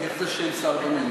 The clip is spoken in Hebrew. איך זה שאין שר במליאה?